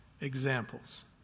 examples